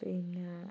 പിന്നെ